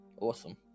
awesome